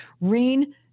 rain